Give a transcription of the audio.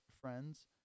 friends